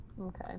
Okay